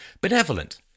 benevolent